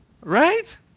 Right